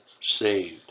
saved